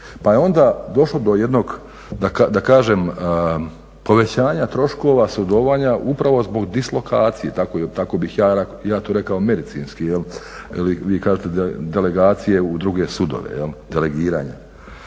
Pa je onda došlo do jednog da kažem povećanja troškova sudovanja upravo zbog dislokacije, tako bih ja to rekao medicinskim, vi kažete delegacije u druge sudove, delegiranje.